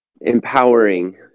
empowering